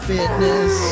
Fitness